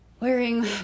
wearing